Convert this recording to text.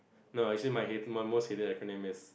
no actually my hate my most hated acronym is